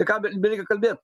ką be belieka kalbėt